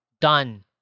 done